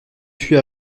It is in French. fût